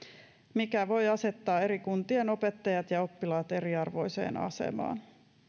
mikä voi asettaa eri kuntien opettajat ja oppilaat eriarvoiseen asemaan